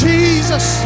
Jesus